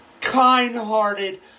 kind-hearted